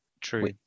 True